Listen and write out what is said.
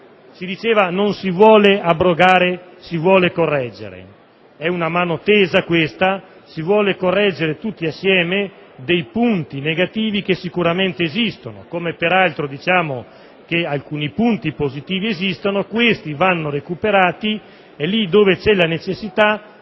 Si diceva che non si vuole abrogare, si vuole correggere. È una mano tesa questa; si vuole arrivare tutti assieme alla correzione dei punti negativi che sicuramente esistono, come peraltro diciamo che alcuni punti positivi esistono. Questi vanno recuperati e, laddove c'è la necessità,